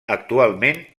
actualment